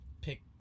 pick